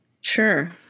Sure